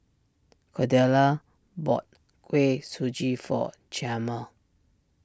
Cordella bought Kuih Suji for Chalmer